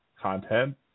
content